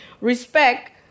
Respect